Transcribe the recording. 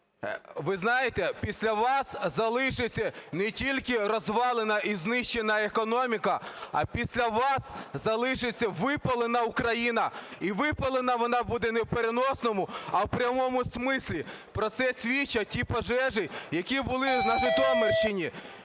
Ви знаєте, після вас залишиться не тільки розвалена і знищена економіка, а після вас залишиться випалена Україна. І випалена вона буде не в переносному, а в прямому смислі. Про це свідчать ті пожежі, які були на Житомирщині.